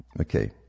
Okay